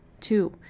two